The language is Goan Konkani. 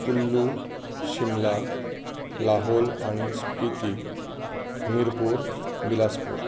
कुल्लू शिम्ला लाहोर आनी स्पिकी अमिरपूर विलासपूर